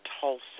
Tulsa